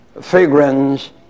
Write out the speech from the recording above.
fragrance